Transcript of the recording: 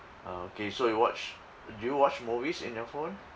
oh okay so you watch do you watch movies in your phone